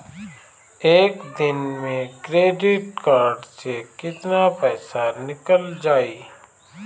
एक दिन मे क्रेडिट कार्ड से कितना पैसा निकल जाई?